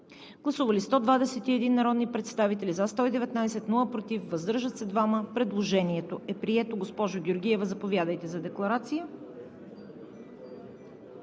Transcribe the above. Гласували 121 народни представители: за 119, против няма, въздържали се 2. Предложението е прието. Госпожо Георгиева, заповядайте за декларация